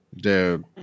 Dude